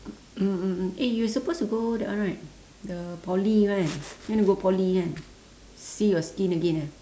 mm mm mm eh you are supposed to go that one right the poly kan you want to go poly kan see your skin again eh